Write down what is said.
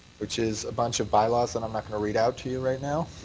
which is a bunch of bylaws and i'm not going to read out to you right now